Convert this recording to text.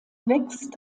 wächst